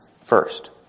first